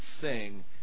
sing